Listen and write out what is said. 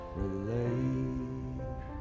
relate